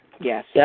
Yes